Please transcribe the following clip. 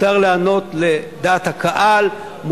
מותר להיענות לדעת הקהל,